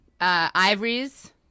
ivories